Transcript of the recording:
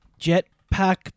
Jetpack